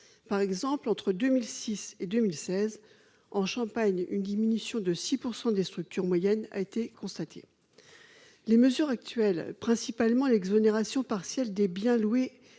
Par exemple, entre 2006 et 2016, une diminution de 6 % des structures moyennes a été constatée en Champagne. Les mesures actuelles, principalement l'exonération partielle des biens loués